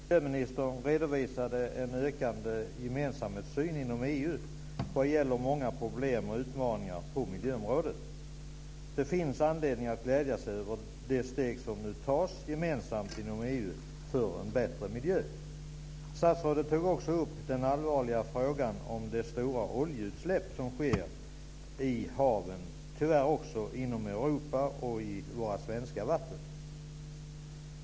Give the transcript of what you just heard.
Fru talman! Miljöministern redovisade en ökande gemensamhetssyn inom EU vad gäller många problem och utmaningar på miljöområdet. Det finns anledning att glädja sig över de steg som nu tas gemensamt inom EU för en bättre miljö. Statsrådet tog också upp den allvarliga frågan om de stora oljeutsläpp som sker i haven, tyvärr också inom Europa och i våra svenska vatten.